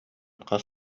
хас